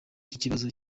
cy’ikibazo